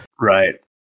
right